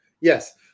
Yes